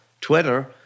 Twitter